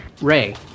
Ray